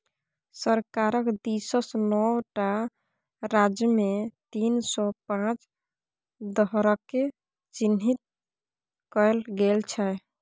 सरकारक दिससँ नौ टा राज्यमे तीन सौ पांच शहरकेँ चिह्नित कएल गेल छै